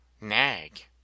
nag